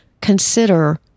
consider